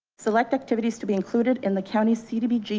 select activities to be included in the county cdbg.